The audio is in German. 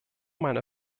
meiner